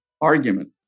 argument